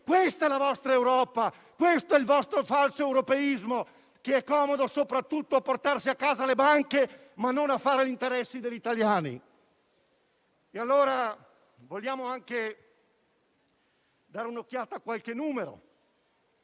Questa è la vostra Europa, questo è il vostro falso europeismo, che è comodo soprattutto a portarsi a casa le banche, ma non a fare gli interessi degli italiani. Diamo allora anche un'occhiata a qualche numero.